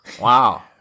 Wow